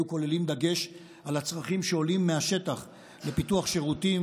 אלו כוללים דגש על הצרכים שעולים מהשטח לפיתוח שירותים